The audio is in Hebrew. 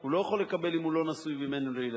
הוא לא יכול לקבל אם הוא לא נשוי ואם אין לו ילדים.